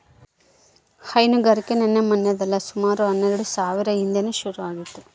ಹೈನುಗಾರಿಕೆ ನಿನ್ನೆ ಮನ್ನೆದಲ್ಲ ಸುಮಾರು ಹನ್ನೆಲ್ಡು ಸಾವ್ರ ಹಿಂದೇನೆ ಶುರು ಆಗಿತ್ತು